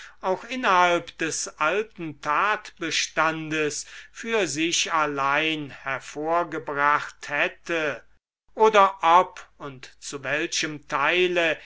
auch innerhalb des alten tatbestandes für sich allein hervorgebracht hätte oder ob und zu welchem teile